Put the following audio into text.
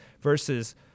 Versus